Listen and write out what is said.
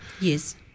Yes